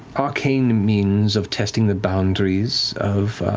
arcane means of testing the boundaries of